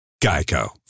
Geico